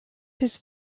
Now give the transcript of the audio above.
his